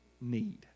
need